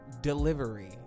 Delivery